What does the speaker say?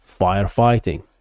firefighting